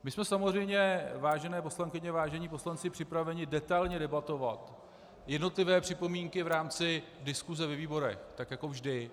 My jsme samozřejmě, vážené poslankyně, vážení poslanci, připraveni detailně debatovat jednotlivé připomínky v rámci diskuse ve výborech, tak jako vždy.